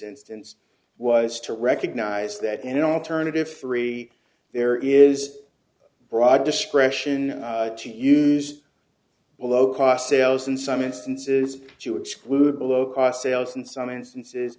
instance was to recognise that an alternative free there is broad discretion to use a low cost sales in some instances to exclude below cost sales in some instances